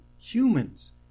humans